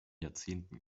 jahrzehnten